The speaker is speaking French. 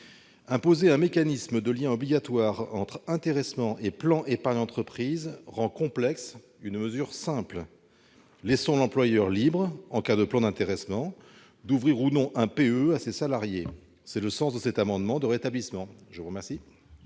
Imposer un mécanisme de lien obligatoire entre intéressement et plan d'épargne d'entreprise rend complexe une mesure simple. Laissons l'employeur libre, en cas d'accord d'intéressement, d'ouvrir ou non un PEE pour ses salariés ! Tel est le sens de cet amendement de rétablissement. L'amendement